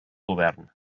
govern